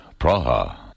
Praha